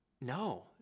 No